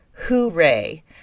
hooray